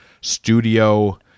studio